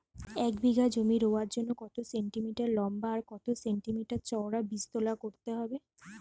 এক বিঘা জমি রোয়ার জন্য কত সেন্টিমিটার লম্বা আর কত সেন্টিমিটার চওড়া বীজতলা করতে হবে?